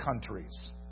countries